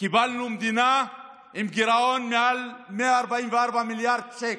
קיבלנו מדינה עם גירעון של מעל 144 מיליארד שקל,